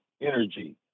energy